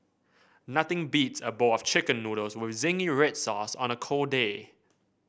nothing beats a bowl of Chicken Noodles with zingy red sauce on a cold day